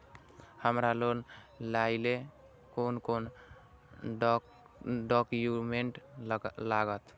हमरा लोन लाइले कोन कोन डॉक्यूमेंट लागत?